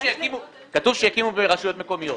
כתוב שיקימו ברשויות מקומיות.